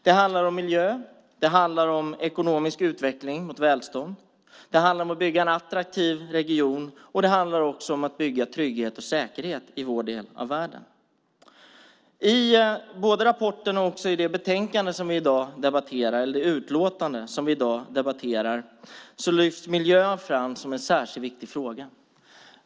Det handlar om miljö, ekonomisk utveckling mot välstånd, att bygga en attraktiv region och att bygga trygghet och säkerhet i vår del av världen. Både i rapporten och i det utlåtande vi i dag debatterar lyfts miljön fram som en särskilt viktig fråga.